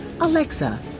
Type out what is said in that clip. Alexa